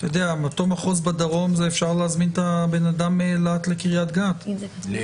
באותו מחוז בדרום אפשר להזמין את האדם מרהט לקריית גת בשביל